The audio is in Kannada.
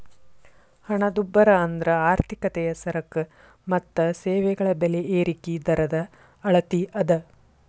ಹಣದುಬ್ಬರ ಅಂದ್ರ ಆರ್ಥಿಕತೆಯ ಸರಕ ಮತ್ತ ಸೇವೆಗಳ ಬೆಲೆ ಏರಿಕಿ ದರದ ಅಳತಿ ಅದ